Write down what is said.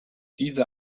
diese